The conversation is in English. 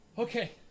okay